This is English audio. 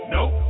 Nope